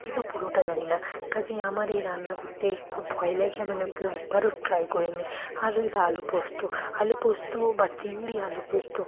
কিন্তু পুরোটা জানি না কাজেই আমার এই রান্না করতে খুব ভয় লাগে মানে ওইগুলো একবারও ট্রাই করিনি আর রইলো আলু পোস্ত আলু পোস্ত বা চিংড়ি আলু পোস্ত